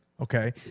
Okay